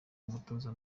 umutoza